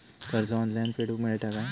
कर्ज ऑनलाइन फेडूक मेलता काय?